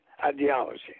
ideology